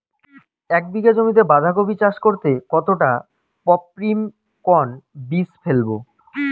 এক বিঘা জমিতে বাধাকপি চাষ করতে কতটা পপ্রীমকন বীজ ফেলবো?